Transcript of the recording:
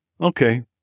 Okay